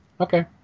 Okay